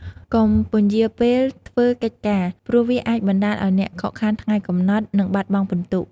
កុំពន្យារពេលធ្វើកិច្ចការ ព្រោះវាអាចបណ្តាលឱ្យអ្នកខកខានថ្ងៃកំណត់ និងបាត់បង់ពិន្ទុ។